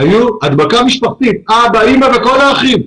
היו הדבקה משפחתית, אבא, אימא וכל האחים.